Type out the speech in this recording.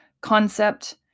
concept